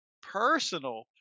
personal